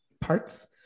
parts